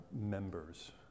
members